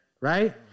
Right